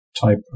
type